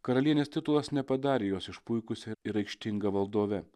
karalienės titulas nepadarė jos išpuikusia ir aikštinga valdove